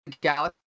Galaxy